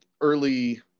early